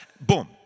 boom